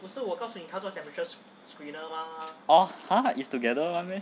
oh !huh! is together [one] meh